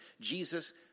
Jesus